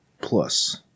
plus